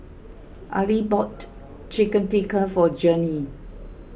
Arlie bought Chicken Tikka for Journey